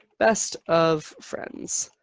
best of friends.